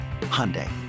Hyundai